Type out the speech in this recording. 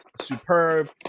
superb